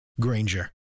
Granger